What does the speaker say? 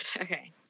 Okay